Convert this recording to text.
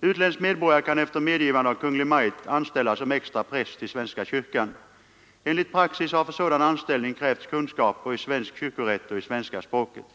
Utländsk medborgare kan efter medgivande av Kungl. Maj:t anställas som extra präst i svenska kyrkan. Enligt praxis har för sådan anställning krävts kunskaper i svensk kyrkorätt och i svenska språket.